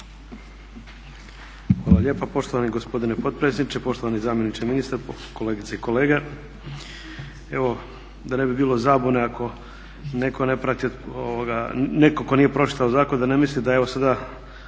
Hvala lijepa poštovani gospodine potpredsjedniče. Poštovani zamjeniče ministra, kolegice i kolege evo da ne bi bilo zabune ako netko ne prati, netko tko nije pročitao zakon da ne misli da evo sada